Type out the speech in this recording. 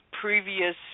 previous